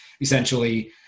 essentially